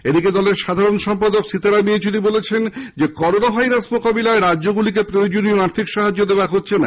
এদিকে দলের সাধারণ সম্পাদক সীতারাম ইয়েচুরি বলেছেন করোনা মোকাবিলায় রাজ্যগুলিকে প্রয়োজনীয় আর্থিক সাহায্য দেওয়া হচ্ছে না